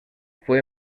fue